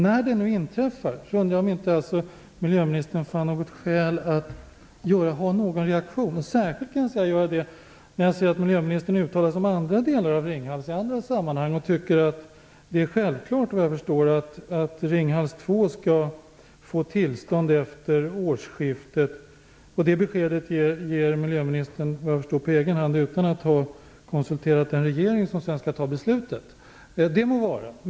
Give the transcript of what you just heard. När det nu inträffat undrar jag om miljöministern inte har funnit något skäl till reaktion, särskilt som miljöministern har uttalat sig om andra delar av Ringhals i andra sammanhang och, såvitt jag förstår, tycker att det är självklart att Ringhals skall få tillstånd efter årsskiftet. Det beskedet ger miljöministern, såvitt jag förstår, på egen hand utan att ha konsulterat den regering som sedan skall fatta beslutet. Det må vara.